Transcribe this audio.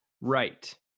right